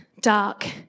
dark